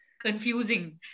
confusing